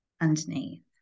underneath